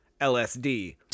lsd